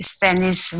Spanish